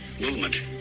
movement